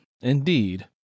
indeed